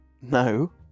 No